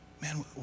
man